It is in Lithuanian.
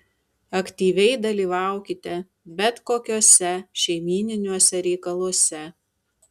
aktyviai dalyvaukite bet kokiuose šeimyniniuose reikaluose